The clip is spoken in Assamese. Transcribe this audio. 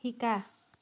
শিকা